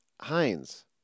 Heinz